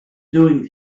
doing